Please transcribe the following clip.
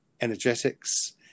energetics